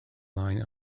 line